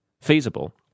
feasible